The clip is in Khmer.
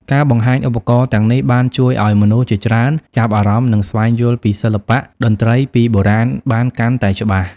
ការបង្ហាញឧបករណ៍ទាំងនេះបានជួយឲ្យមនុស្សជាច្រើនចាប់អារម្មណ៍និងស្វែងយល់ពីសិល្បៈតន្ត្រីពីបុរាណបានកាន់តែច្បាស់។